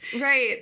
Right